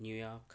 New York